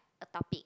a topic